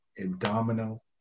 abdominal